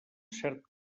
cert